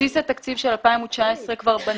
בסיס התקציב של 2019 כבר בנוי.